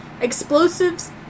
Explosives